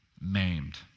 maimed